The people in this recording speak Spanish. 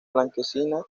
blanquecina